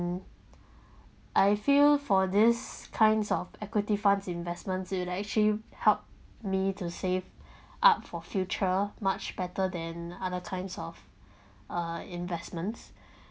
I feel for this kinds of equity funds investments is actually helps me to save up for future much better than other kinds of uh investments